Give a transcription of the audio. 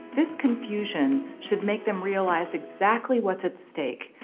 this confusion should make them realize exactly what's at stake,